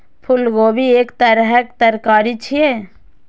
फूलगोभी एक तरहक तरकारी छियै